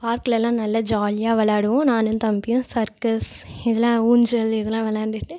பார்க்லெலாம் நல்ல ஜாலியாக விளாடுவோம் நானும் தம்பியும் சர்க்கஸ் இதெல்லாம் ஊஞ்சல் இதெல்லாம் விளாண்டுட்டு